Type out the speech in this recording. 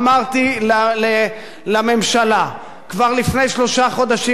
אמרתי לממשלה כבר לפני שלושה חודשים,